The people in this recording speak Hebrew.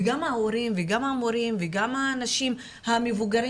וגם ההורים וגם המורים וגם האנשים המבוגרים